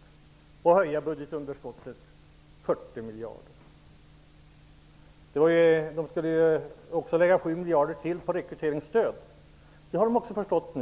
Det skulle höja budgetunderskottet med 40 miljarder kronor. De skulle ju också lägga 7 miljarder till på rekryteringsstödet. Men nu har de förstått